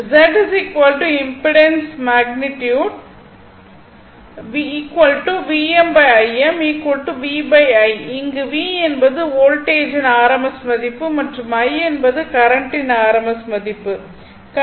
அதாவது Z impedance magnitude Vm Im V I இங்கு V என்பது வோல்டேஜின் RMS மதிப்பு மற்றும் I என்பது கரண்ட்டின் RMS மதிப்பு ஆகும்